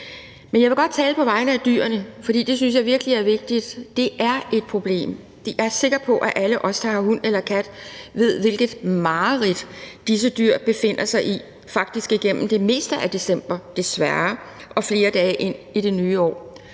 Men jeg vil godt tale på vegne at dyrene, for det synes jeg virkelig er vigtigt. Det er et problem, og jeg er sikker på, at alle os, der har hund eller kat, ved, hvilket mareridt disse dyr befinder sig i – faktisk igennem det meste af december, desværre, og flere dage ind i det nye år.